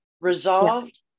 resolved